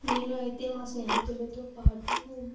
నేను అయితే మా స్నేహితులతో పాటు